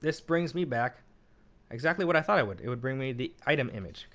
this brings me back exactly what i thought it would. it would bring me the item image.